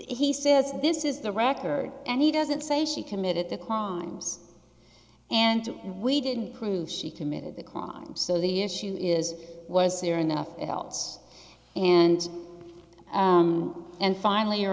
he says this is the record and he doesn't say she committed the crimes and we didn't prove she committed the crime so the issue is was there enough else and and finally